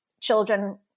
children